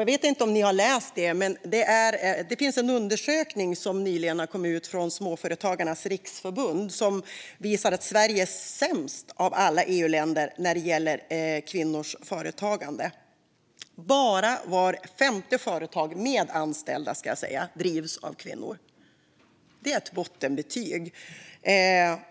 Jag vet inte om ni har läst den, men det finns en ny undersökning från Småföretagarnas Riksförbund som visar att Sverige är sämst av alla EUländer när det gäller kvinnors företagande. Bara vart femte företag med anställda drivs av kvinnor. Det är ett bottenbetyg